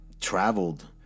traveled